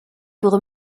pour